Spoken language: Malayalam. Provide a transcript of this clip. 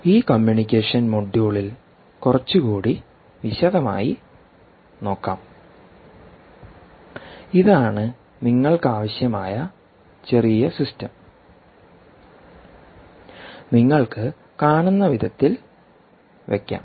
ഈ കമ്മ്യൂണിക്കേഷൻ മൊഡ്യൂളിൽ കുറച്ചുകൂടി വിശദമായി നോക്കാം ഇതാണ് നിങ്ങൾക്കാവശ്യമുള്ള ചെറിയ സിസ്റ്റം നിങ്ങൾക്ക് കാണുന്ന വിധത്തിൽ വെക്കാം